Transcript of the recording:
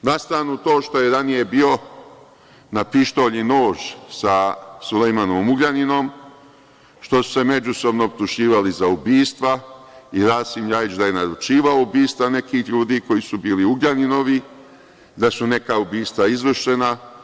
Na stranu to što je ranije bilo, na pištolj i nož, sa Sulejmanom Ugljaninom, što su se međusobno optuživali za ubistva i Rasim LJajić da je naručivao ubistva nekih ljudi koji su bili Ugljaninovi, da su neka ubistva izvršena.